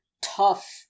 tough